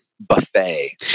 buffet